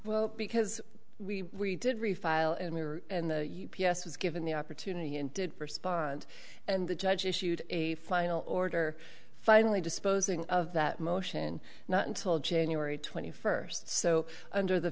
well because we did refile and we were yes was given the opportunity and did respond and the judge issued a final order finally disposing of that motion not until january twenty first so under the